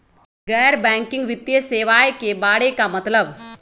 गैर बैंकिंग वित्तीय सेवाए के बारे का मतलब?